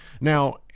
Now